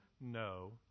No